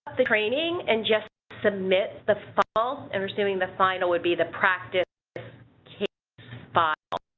the training and just submit the fall and resuming the final would be the practice case file.